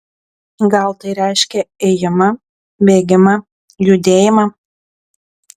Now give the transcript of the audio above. gal tai reiškia ėjimą bėgimą judėjimą